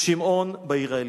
ושמעון בעיר העליונה.